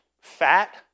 fat